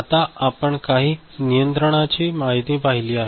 आता आपण काही नियंत्रणाची माहिती पाहिली आहे